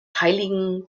heiligen